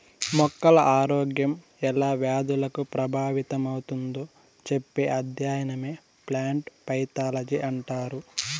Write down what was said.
మొక్కల ఆరోగ్యం ఎలా వ్యాధులకు ప్రభావితమవుతుందో చెప్పే అధ్యయనమే ప్లాంట్ పైతాలజీ అంటారు